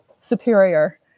superior